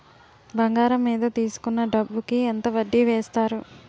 బంగారం మీద తీసుకున్న డబ్బు కి ఎంత వడ్డీ వేస్తారు?